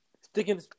Sticking